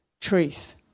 truth